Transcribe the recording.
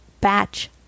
batch